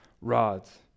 rods